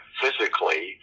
physically